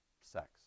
sex